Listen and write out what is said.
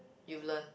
you've learn